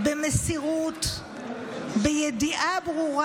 במסירות, בידיעה ברורה